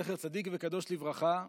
זכר צדיק וקדוש לברכה,